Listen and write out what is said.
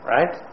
Right